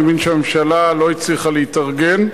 אני מבין שהממשלה לא הצליחה להתארגן.